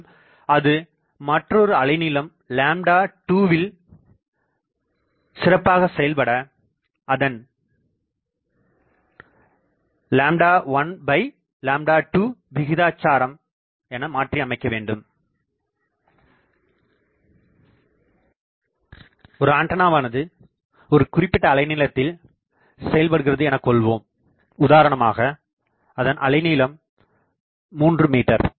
மேலும் அது மற்றொரு அலைநீளம் 2வில் சிறப்பாக செயல்பட அதை 12விகிதாச்சாரம் என மாற்றி அமைக்க வேண்டும் ஒரு ஆண்டனாவானது ஒரு குறிப்பிட்ட அலைநீளத்தில் செயல்படுகிறதுஎன கொள்வோம் உதாரணமாக அதன் அலை நீளம் 3m